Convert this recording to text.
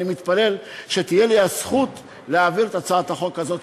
אני מתפלל שתהיה לי הזכות להעביר את הצעת החוק הזאת,